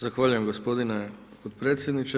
Zahvaljujem gospodine podpredsjedniče.